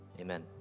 Amen